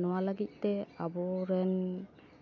ᱱᱚᱣᱟ ᱞᱟᱹᱜᱤᱫ ᱛᱮ ᱟᱵᱚ ᱨᱮᱱ